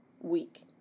week